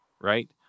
right